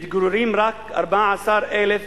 מתגוררים רק 14,000 נפש,